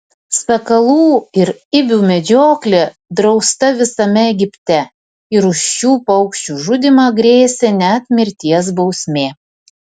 sakalų ir ibių medžioklė drausta visame egipte ir už šių paukščių žudymą grėsė net mirties bausmė